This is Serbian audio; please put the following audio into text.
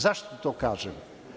Zašto to kažem?